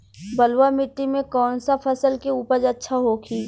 बलुआ मिट्टी में कौन सा फसल के उपज अच्छा होखी?